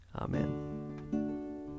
Amen